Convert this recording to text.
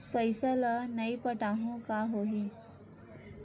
पईसा ल नई पटाहूँ का होही?